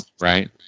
right